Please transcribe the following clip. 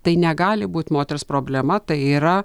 tai negali būti moters problema tai yra